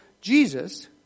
Jesus